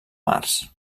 març